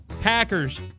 Packers